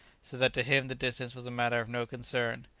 so that to him the distance was a matter of no concern.